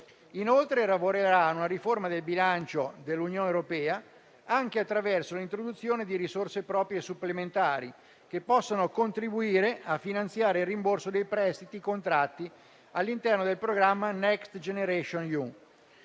Inoltre lavorerà a una riforma del bilancio dell'Unione europea, anche attraverso l'introduzione di risorse proprie supplementari che possano contribuire a finanziare il rimborso dei prestiti contratti all'interno del programma Next generation EU,